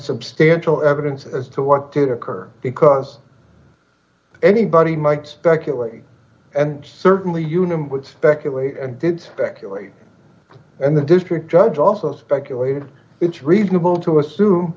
substantial evidence as to what did occur because anybody might speculate and certainly unum would speculate and did speculate and the district judge also speculated it's reasonable to assume